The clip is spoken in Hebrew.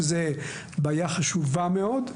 שזו בעיה חשובה מאוד,